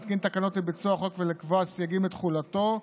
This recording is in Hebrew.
להתקין תקנות לביצוע החוק ולקבוע סייגים לתחולתו,